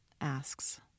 asks